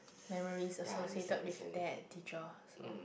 memories associated with that teacher so